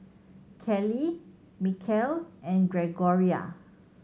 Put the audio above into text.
Callie Mikel and Gregoria